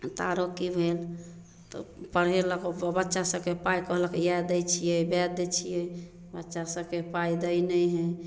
तऽ आरो की भेल तऽ पढेलक बच्चा सबके पाइ कहलक इएह दै छियै वएह दै छियै बच्चा सबके पाइ दै नहि है